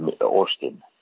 Austin